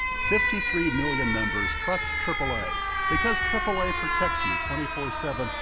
fifty three million members trust triple a because triple a protects you twenty four seven,